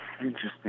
Interesting